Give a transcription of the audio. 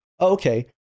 okay